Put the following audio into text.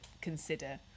consider